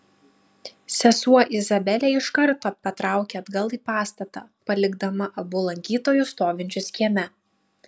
sesuo izabelė iš karto patraukė atgal į pastatą palikdama abu lankytojus stovinčius kieme